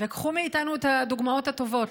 וקחו מאיתנו את הדוגמאות הטובות,